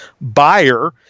buyer